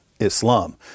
Islam